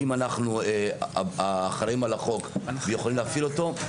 אם אנחנו אחראים על החוק ויכולים להפעיל אותו,